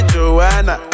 Joanna